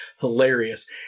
hilarious